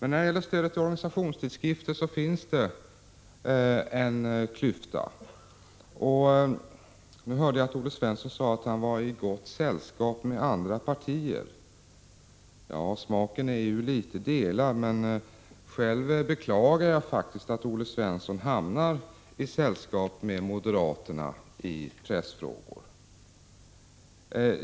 I fråga om stödet till organisationstidskrifter finns det däremot en klyfta mellan oss. Olle Svensson sade att han var i gott sällskap med andra partier. Ja, smaken är olika. Själv beklagar jag faktiskt att Olle Svensson hamnar i sällskap med moderaterna i pressfrågor.